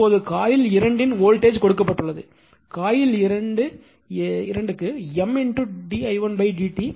இப்போது காயில் 2 இன் வோல்டேஜ் கொடுக்கப்பட்டுள்ளது coil 2 M d i1 d t